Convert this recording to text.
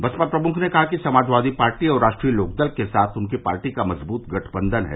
बसपा प्रमुख ने कहा कि समाजवादी पार्टी और राष्ट्रीय लोकदल के साथ उनकी पार्टी का मज़बूत गठबंधन है